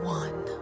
one